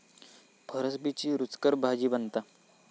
फरसबीची रूचकर भाजी बनता